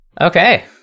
Okay